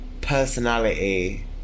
personality